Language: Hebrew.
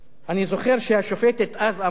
אני זוכר שהשופטת אז אמרה: